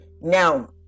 Now